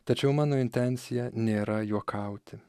tačiau mano intencija nėra juokauti